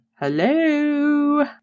Hello